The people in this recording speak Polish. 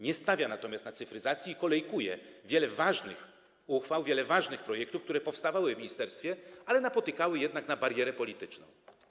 Nie stawia natomiast na cyfryzację i kolejkuje wiele ważnych uchwał, wiele ważnych projektów, które powstawały w ministerstwie, ale napotykały barierę polityczną.